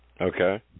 Okay